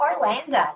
Orlando